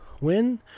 win